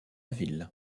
ville